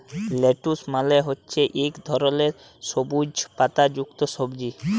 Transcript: lettuce মালে হছে ইক ধরলের সবুইজ পাতা যুক্ত সবজি